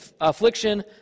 affliction